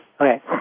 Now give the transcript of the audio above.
Okay